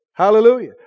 Hallelujah